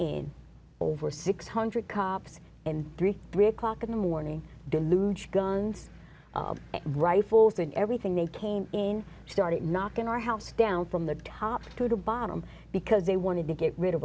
in over six hundred cops and thirty three o'clock in the morning deludes guns and rifles and everything they came in started knocking our house down from the top to the bottom because they wanted to get rid of